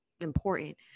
important